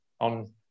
on